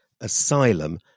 asylum